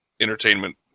entertainment